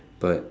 but